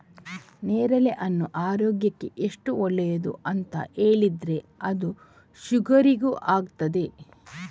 ನೇರಳೆಹಣ್ಣು ಆರೋಗ್ಯಕ್ಕೆ ಎಷ್ಟು ಒಳ್ಳೇದು ಅಂತ ಹೇಳಿದ್ರೆ ಅದು ಶುಗರಿಗೂ ಆಗ್ತದೆ